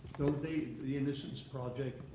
don't they, the innocence project,